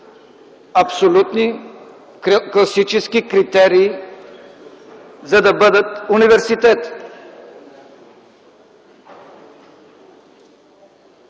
абсолютни класически критерии, за да бъдат университети,